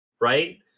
right